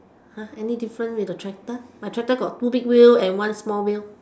!huh! any difference with the tractor my tractor got two big wheel and one small wheel